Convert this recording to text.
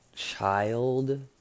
child